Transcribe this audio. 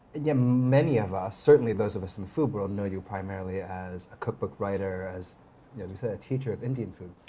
yeah many of us certainly those of us in the food world know you primarily as a cookbook writer, as yeah as ah a teacher of indian food.